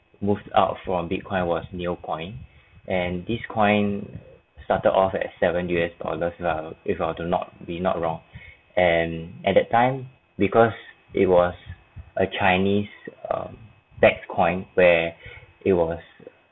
moved out from bitcoin was neocoin and this coin started off at seven U_S dollars lah if you do to not be not wrong and at that time because it was a chinese um tax coin where it was